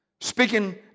speaking